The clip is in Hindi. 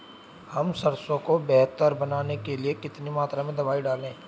हम सरसों को बेहतर बनाने के लिए कितनी मात्रा में दवाई डालें?